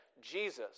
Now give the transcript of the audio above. Jesus